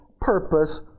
purpose